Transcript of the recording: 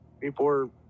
People